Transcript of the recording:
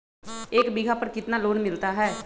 एक बीघा पर कितना लोन मिलता है?